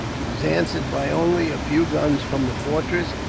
was answered by only a few guns from the fortress,